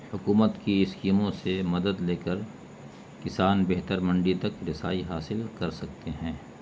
حکومت کی اسکیموں سے مدد لے کر کسان بہتر منڈی تک رسائی حاصل کر سکتے ہیں